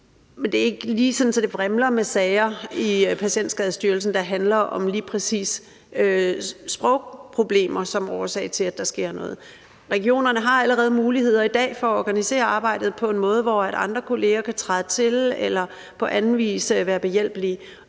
men det er ikke lige sådan, at det vrimler med sager i Patienterstatningen, der handler om lige præcis sprogproblemer som årsag til, at der sker noget. Regionerne har allerede muligheder i dag for at organisere arbejdet på en måde, så andre kolleger kan træde til eller på anden vis være behjælpelige.